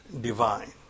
divine